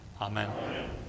Amen